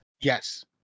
Yes